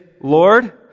Lord